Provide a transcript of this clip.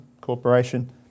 Corporation